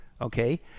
okay